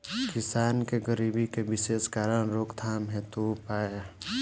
किसान के गरीबी के विशेष कारण रोकथाम हेतु उपाय?